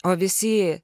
o visi